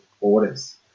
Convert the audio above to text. orders